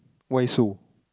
why so